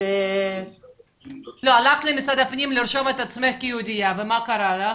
אז הלכת למשרד הפנים לרשום את עצמך כיהודייה ומה קרה לך?